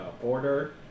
border